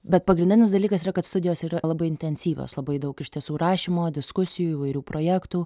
bet pagrindinis dalykas yra kad studijos yra labai intensyvios labai daug iš tiesų rašymo diskusijų įvairių projektų